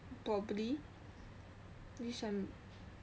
probably this sem